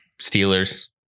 Steelers